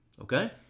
okay